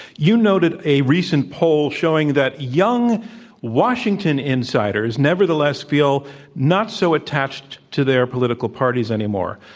you noted a recent poll showing that young washington insiders nevertheless feel not so attached to their political parties anymore.